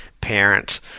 parent